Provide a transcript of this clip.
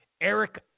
Eric